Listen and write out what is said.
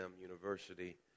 University